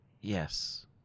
Yes